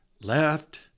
left